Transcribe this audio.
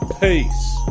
Peace